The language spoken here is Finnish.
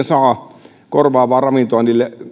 saa korvaavaa ravintoa